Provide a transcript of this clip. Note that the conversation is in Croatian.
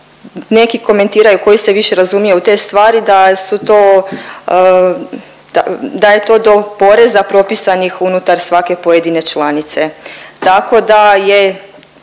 Neki komentiraju koji se više razumiju u te stvari da su to, da je to do poreza propisanih unutar svake pojedine članice. Tako da je